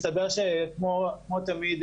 מסתבר שכמו תמיד,